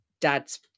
dad's